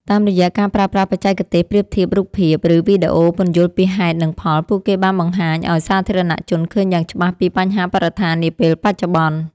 តាមរយៈការប្រើប្រាស់បច្ចេកទេសប្រៀបធៀបរូបភាព ឬវីដេអូពន្យល់ពីហេតុ និងផល ពួកគេបានបង្ហាញឱ្យសាធារណជនឃើញយ៉ាងច្បាស់ពីបញ្ហាបរិស្ថាននាពេលបច្ចុប្បន្ន។